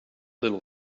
little